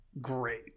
great